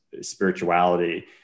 spirituality